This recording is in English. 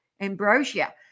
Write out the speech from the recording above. ambrosia